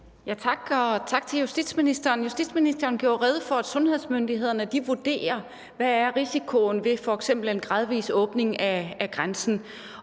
tak til justitsministeren. Justitsministeren gjorde rede for, at sundhedsmyndighederne vurderer, hvad der kan være risikoen ved f.eks. en gradvis åbning af grænsen.